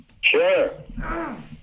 Sure